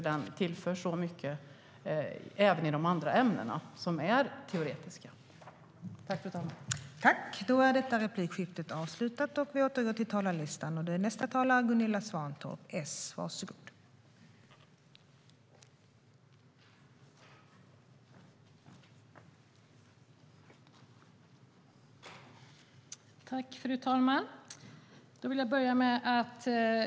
Den tillför så mycket även för de andra teoretiska ämnena.